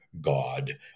God